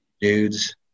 dudes